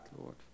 Lord